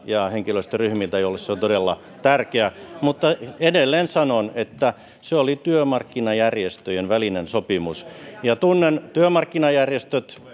ja henkilöstöryhmiltä joille se on todella tärkeä mutta edelleen sanon että se oli työmarkkinajärjestöjen välinen sopimus tunnen työmarkkinajärjestöt